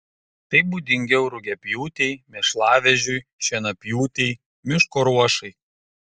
tai būdingiau rugiapjūtei mėšlavežiui šienapjūtei miško ruošai